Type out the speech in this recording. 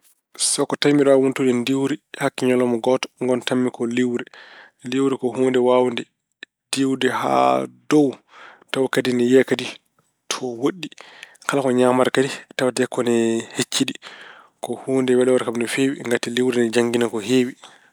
So tawi mbeɗa waawi wontude ndiwri hakke ñalawma gooto ngontam-mi ko liwre. Liwre ko huunde waawde diwde haa dow tawa kadi ina yiya kadi to woɗɗi. Kala ko ñaamata kadi tawatee ko ne hecciɗi. Ko huunde weloore kam no feewi. Liwre ina janngina ko heewi.